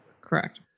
Correct